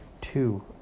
two